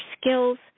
skills